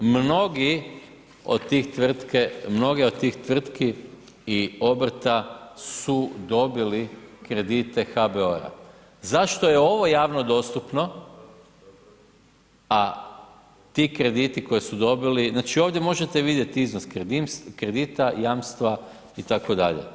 Mnogi od tih tvrtki i obrta su dobili kredite HBOR-a, zašto je ovo javno dostupno a ti krediti koje su dobili znači ovdje može vidjeti iznos kredita, jamstva itd.